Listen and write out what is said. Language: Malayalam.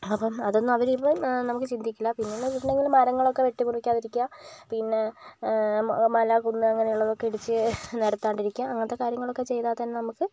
അപ്പം അത് ഒന്നും അവര് ഇന്നും നമുക്ക് ചിന്തിക്കില്ല പിന്നെ നമ്മളാ വീട്ടില് ഇങ്ങനെ മരങ്ങൾ ഒന്നും വെട്ടി മുറിക്കാതെ ഇരിക്കുക പിന്നെ മല കുന്ന് അങ്ങനെ ഉള്ളത് ഒന്നും ഇടിച്ച് നിരത്താതെ ഇരിക്ക അങ്ങനെ ഉള്ള കാര്യങ്ങളൊക്കെ ചെയ്താൽ തന്നെ നമുക്ക്